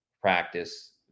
practice